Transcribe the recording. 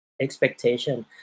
expectation